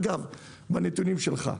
אגב, זה מהנתונים שלך.